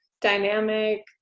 dynamic